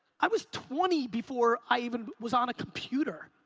i was twenty before i even was on a computer.